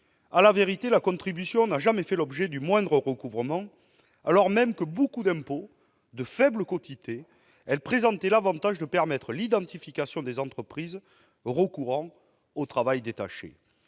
À la vérité, la contribution n'a jamais fait l'objet du moindre recouvrement, alors même que, comme beaucoup d'impôts de faible quotité, elle présentait l'avantage de permettre l'identification des entreprises recourant au travail détaché.